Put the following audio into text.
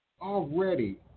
already